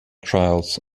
trials